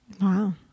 Wow